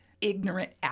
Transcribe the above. ignorant